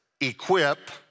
equip